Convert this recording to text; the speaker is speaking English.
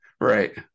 Right